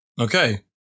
Okay